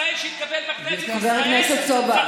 שהתקבל בכנסת ישראל.